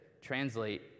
translate